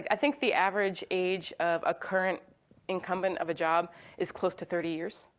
i think the average age of a current incumbent of a job is close to thirty years.